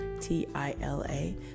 T-I-L-A